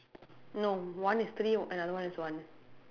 no one is three another one is one